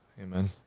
Amen